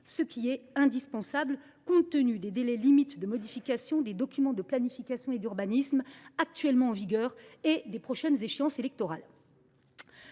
C’est indispensable compte tenu des délais limites de modification des documents de planification et d’urbanisme actuellement en vigueur, ainsi que de la date des prochaines échéances électorales.